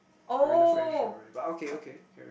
or in a friendship already but okay okay carry on